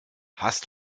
hast